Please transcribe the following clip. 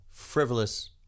frivolous